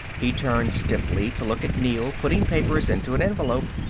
he turned stiffly to look at neel putting papers into an envelope.